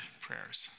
prayers